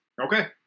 Okay